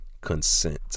consent